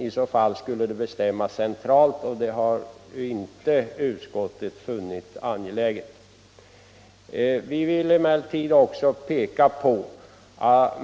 I så fall skulle de beslutas centralt, men det har utskottet inte funnit angeläget. Vi vill emellertid peka på att